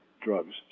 drugs